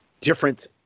different